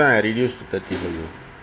this one I reduced to thirty for you